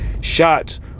shots